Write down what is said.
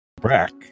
Brack